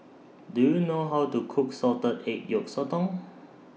Do YOU know How to Cook Salted Egg Yolk Sotong